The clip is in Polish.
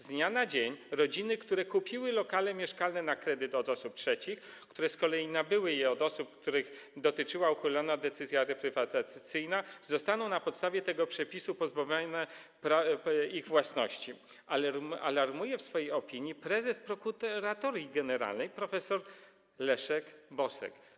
Z dnia na dzień rodziny, które kupiły lokale mieszkalne na kredyt od osób trzecich, które z kolei nabyły je od osób, których dotyczyła uchylona decyzja reprywatyzacyjna, zostaną na podstawie tego przepisu pozbawione ich własności - alarmuje w swej opinii prezes Prokuratorii Generalnej prof. Leszek Bosek.